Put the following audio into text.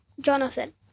Jonathan